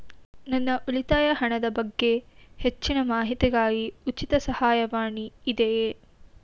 ನನ್ನ ಉಳಿತಾಯ ಹಣದ ಬಗ್ಗೆ ಹೆಚ್ಚಿನ ಮಾಹಿತಿಗಾಗಿ ಉಚಿತ ಸಹಾಯವಾಣಿ ಇದೆಯೇ?